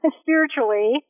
spiritually